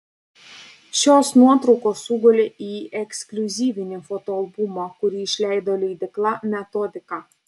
šios nuotraukos sugulė į ekskliuzyvinį fotoalbumą kurį išleido leidykla metodika